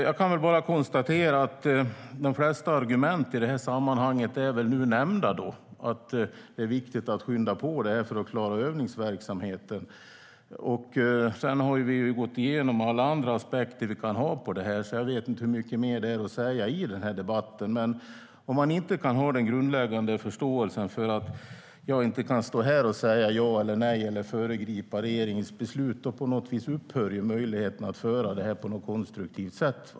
Jag kan konstatera att de flesta argument i detta sammanhang är de nu nämnda. Det är viktigt att skynda på detta för att klara övningsverksamheten. Vi har gått igenom alla andra aspekter man kan ha på detta, så jag vet inte hur mycket mer som finns att säga i denna debatt. Men om man inte har den grundläggande förståelsen för att jag inte kan stå här och säga ja eller nej eller föregripa regeringens beslut upphör möjligheten att föra debatten på ett konstruktivt sätt.